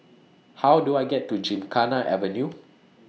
How Do I get to Gymkhana Avenue